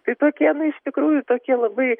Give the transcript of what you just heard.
tai tokie na ištikrųjų tokie labai